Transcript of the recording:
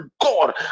god